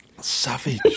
savage